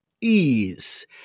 ease